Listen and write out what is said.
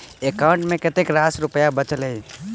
account मे कतेक रास रुपया बचल एई